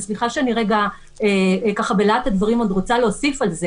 וסליחה שבלהט הדברים אני רוצה להוסיף על זה